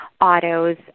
autos